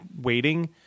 waiting